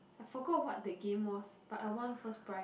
I forgot what the game was but I won first prize